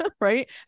right